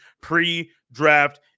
pre-draft